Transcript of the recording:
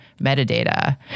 metadata